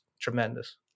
tremendous